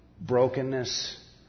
brokenness